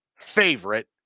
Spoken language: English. favorite